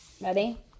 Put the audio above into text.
Ready